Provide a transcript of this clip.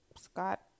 Scott